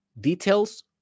details